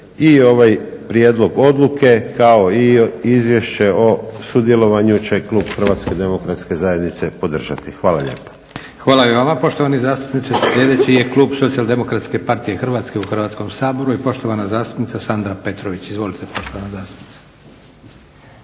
i ovaj prijedlog odluke, kao i izvješće o sudjelovanju će klub HDZ-a podržati. Hvala lijepo. **Leko, Josip (SDP)** Hvala i vama poštovani zastupniče. Sljedeći je klub SDP-a Hrvatske u Hrvatskom saboru i poštovana zastupnica Sandra Petrović. Izvolite poštovana zastupnice.